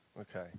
Okay